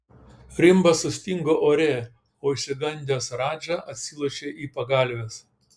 rimbas sustingo ore o išsigandęs radža atsilošė į pagalves